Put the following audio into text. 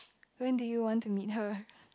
when do you want to meet her